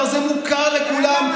זה מוכר לכולם.